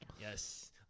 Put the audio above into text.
Yes